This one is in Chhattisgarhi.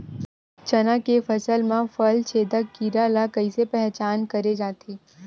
चना के फसल म फल छेदक कीरा ल कइसे पहचान करे जाथे?